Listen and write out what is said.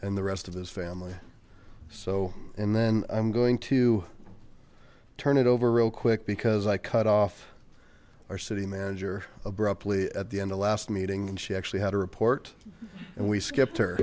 and the rest of his family so and then i'm going to turn it over real quick because i cut off our city manager abruptly at the end of last meeting and she actually had a report and we skipped her